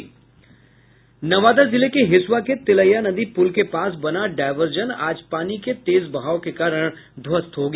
नवादा जिले के हिसुआ के तिलैया नदी पुल के पास बना डायर्वजन आज पानी के तेज बहाव के कारण ध्वस्त हो गया